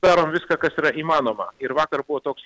darom viską kas yra įmanoma ir vakar buvo toks